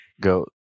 go